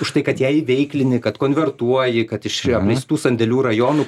už tai kad ją įveiklini kad konvertuoji kad iš apleistų sandėlių rajonų